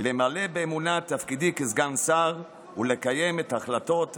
למלא באמונה את תפקידי כסגן שר ולקיים את החלטות הכנסת.